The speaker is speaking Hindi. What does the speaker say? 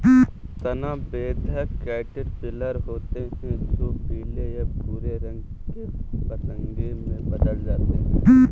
तना बेधक कैटरपिलर होते हैं जो पीले या भूरे रंग के पतंगे में बदल जाते हैं